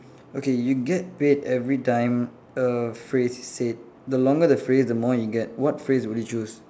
okay you get paid every time a phrase is said the longer the phrase the more you get what phrase would you choose